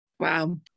Wow